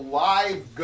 live